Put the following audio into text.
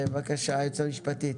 בבקשה היועצת המשפטית.